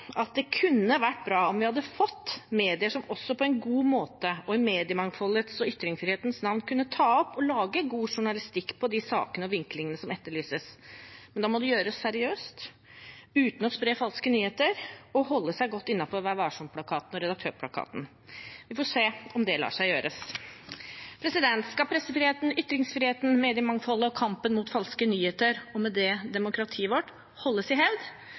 at det kunne ha vært bra om vi hadde fått medier som også på en god måte – og i mediemangfoldets og ytringsfrihetens navn – kunne ta opp og lage god journalistikk på de sakene og vinklingene som etterlyses. Men da må det gjøres seriøst, uten å spre falske nyheter, og ved å holde seg godt innenfor Vær varsom-plakaten og Redaktørplakaten. Vi får se om det lar seg gjøre. Skal pressefriheten, ytringsfriheten, mediemangfoldet og kampen mot falske nyheter – og med det for demokratiet vårt – holdes i hevd,